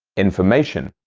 information.